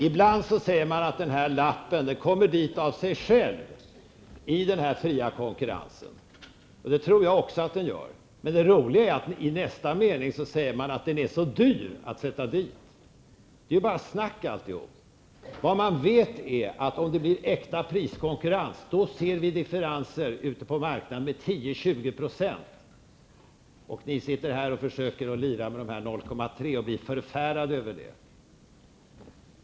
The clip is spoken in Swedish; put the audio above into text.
Ibland säger ni att prislappen kommer dit av sig själv i den fria konkurrensen. Det tror jag också att den gör. Men det roliga är att ni i nästa mening säger att den är så dyr att sätta dit. Det är bara snack! Vad man vet är att om det blir äkta priskonkurrens kommer vi att få se differenser ute på marknaden med 10--20 %. Och ni sitter här och lirar med 0,3 % och blir förfärade över det!